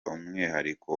umwihariko